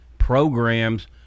programs